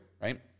right